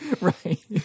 right